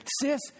sis